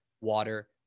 water –